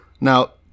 Now